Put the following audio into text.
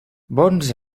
bons